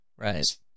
Right